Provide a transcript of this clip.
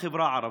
בחברה הערבית.